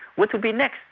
we could be next.